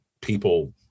people